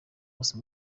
bose